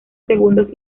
segundos